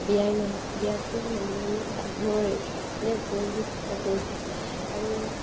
বিয়াই নহ বিয়াটো নহ'লে মানে ডাঙৰ মানে বহুত প্ৰব্লেম হয় আৰু